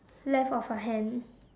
left of her hand